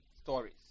stories